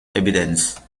evidence